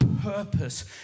purpose